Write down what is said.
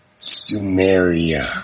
Sumeria